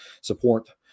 support